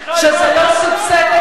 שזה לא סבסד את האוטובוס,